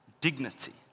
dignity